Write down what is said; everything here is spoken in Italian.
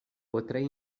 potrei